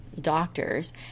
doctors